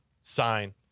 sign